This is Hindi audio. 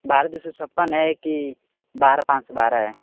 बारह दो सौ छप्पन है कि बारह पाँच सौ बारह है